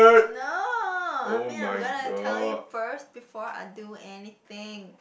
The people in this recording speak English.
no I mean I'm gonna tell you first before I do anything